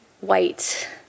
white